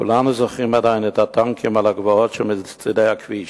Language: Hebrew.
וכולנו עדיין זוכרים את הטנקים על הגבעות שמצדי הכביש.